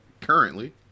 currently